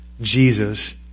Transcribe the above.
Jesus